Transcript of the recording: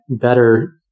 better